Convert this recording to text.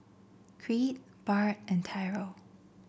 Creed Bart and Tyrel